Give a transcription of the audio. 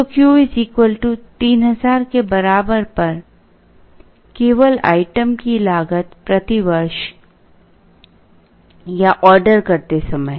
तो Q 3000 के बराबर पर केवल आइटम की लागत प्रति वर्ष या ऑर्डर करते समय